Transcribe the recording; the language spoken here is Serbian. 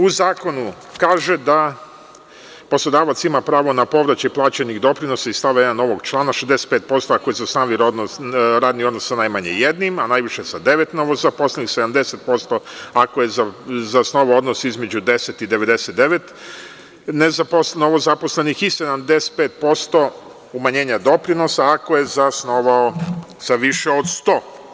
U zakonu se kaže da poslodavac ima pravo na povraćaj plaćenih doprinosa iz stava 1. ovog člana 65% ako zasniva radni odnos sa najmanje jednim, a najviše sa devet novozaposlenih, 70% ako je zasnovao odnos između 10 i 99 novozaposlenih i 75% umanjenja doprinosa ako je zasnovao sa više od 100.